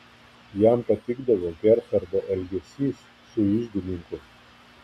jam patikdavo gerhardo elgesys su iždininku